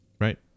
Right